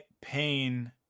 pain